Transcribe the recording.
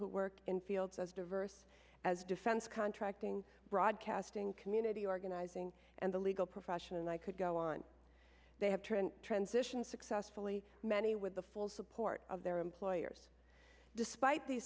who work in fields as diverse as defense contracting broadcasting community organizing and the legal profession and i could go on they have to transition successfully many with the full support of their employers despite the